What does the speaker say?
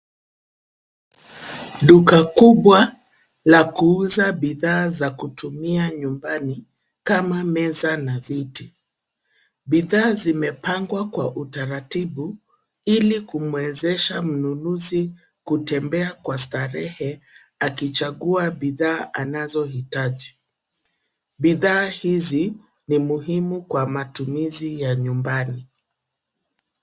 Duka kubwa la kuuza bidhaa za kutumia nyumbani kama meza na viti. Bidhaa zimepangwa kwa utaratibu ili kumwezesha mnunuzi kutembea kwa starehe akichagua bidhaa anazohitaji. Bidhaa hizi ni muhimu kwa matumizi ya nyumbani.